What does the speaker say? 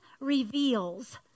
reveals